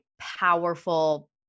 powerful